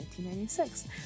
1996